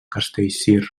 castellcir